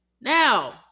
Now